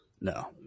No